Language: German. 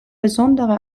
besondere